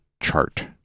chart